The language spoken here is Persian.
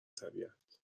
طبیعت